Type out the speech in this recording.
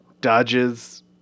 dodges